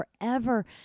forever